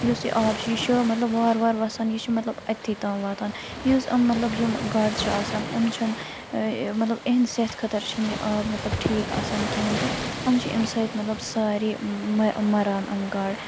یُس یہِ آب چھُ یہِ چھُ مطلب وارٕ وارٕ وَسان یہِ چھُ مطلب اوتھٕے تانۍ واتان یُس یِم مطلب یِم گاڈٕ چھِ آسان یِم چھِنہٕ مطلب اِہندِس صحتہٕ خٲطرٕ چھَنہٕ یہِ آب مطلب ٹھیٖک آسان کِہیٖنۍ تہِ یِم چھِ اَمہِ سۭتۍ مطلب سارے مَران یِم گاڈٕ